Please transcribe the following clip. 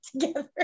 together